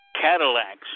Cadillacs